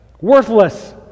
Worthless